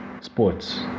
sports